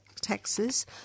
taxes